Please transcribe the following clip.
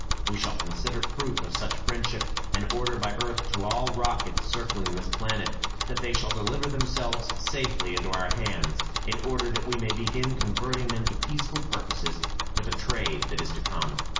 we shall consider proof of such friendship an order by earth to all rockets circling this planet that they shall deliver themselves safely into our hands, in order that we may begin converting them to peaceful purposes for the trade that is to come.